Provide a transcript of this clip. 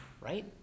Right